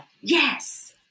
yes